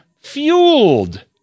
fueled